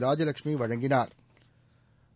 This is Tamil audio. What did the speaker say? ராஜலட்சுமி வழங்கினாா்